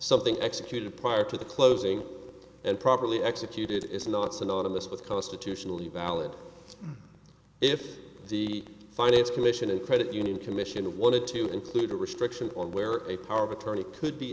something executed prior to the closing and properly executed is not synonymous with constitutionally valid if the finance commission and credit union commission wanted to include a restriction on where a power of attorney could be